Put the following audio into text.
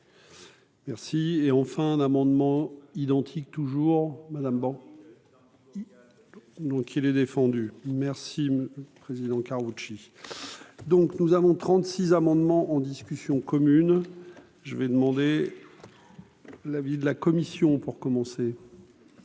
Merci, et enfin un amendement identique toujours madame. Donc il est défendu merci président Karoutchi, donc nous avons trente-six amendements en discussion commune, je vais demander l'avis de la commission pour commencer.